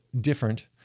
different